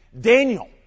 Daniel